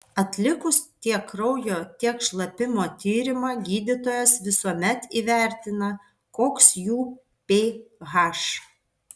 atlikus tiek kraujo tiek šlapimo tyrimą gydytojas visuomet įvertina koks jų ph